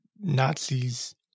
Nazis